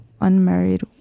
unmarried